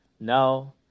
No